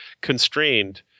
constrained